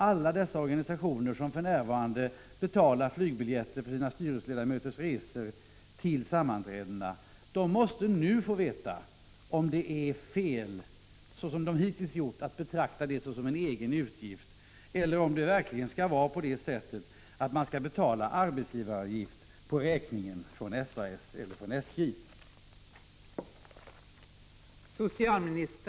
Alla dessa organisationer som för närvarande betalar flygbiljetter för sina styrelseledamöters resor till sammanträdena måste nu få veta om det är fel, som de hittills har gjort, att betrakta detta som en egen utgift och om det verkligen skall vara på det sättet att man skall betala arbetsgivaravgifter på räkningen från SAS eller SJ.